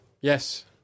Yes